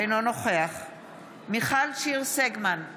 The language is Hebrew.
אינו נוכח מיכל שיר סגמן,